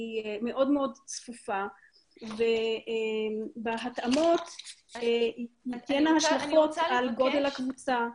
היא מאוד מאוד צפופה ובהתאמות אין לה השלכות על ודל הקבוצה,